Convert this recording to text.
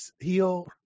heal